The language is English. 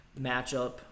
matchup